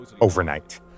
overnight